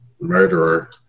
Murderer